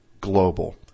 Global